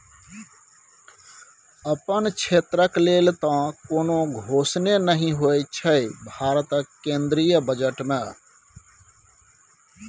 अपन क्षेत्रक लेल तँ कोनो घोषणे नहि होएत छै भारतक केंद्रीय बजट मे